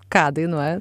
ką dainuojat